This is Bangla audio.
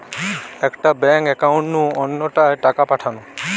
একটা ব্যাঙ্ক একাউন্ট নু অন্য টায় টাকা পাঠানো